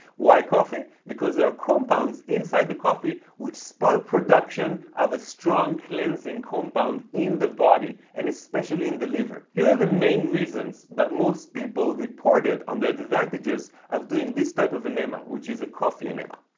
why coffee? because there are compounds inside the coffee with spark production of a strong cleansing compound in the body and especially in the liver. here are the main reasons that most people reported on the advantages of doing this type of enema, which is a coffee and enema.